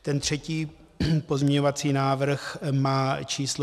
Ten třetí pozměňovací návrh má číslo 1804.